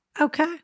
Okay